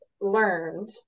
learned